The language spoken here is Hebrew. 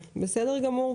בסדר גמור.